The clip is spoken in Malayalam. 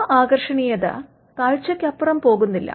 ആ ആകർഷണീയത കാഴ്ചയ്ക്കപ്പുറം പോകുന്നില്ല